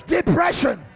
Depression